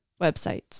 websites